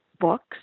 books